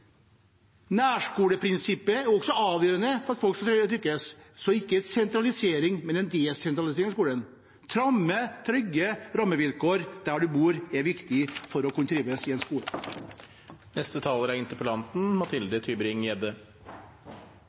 Nærskoleprinsippet er også avgjørende for at folk skal lykkes – ikke en sentralisering, men en desentralisering av skolen. Stramme, trygge rammevilkår der en bor, er viktig for å kunne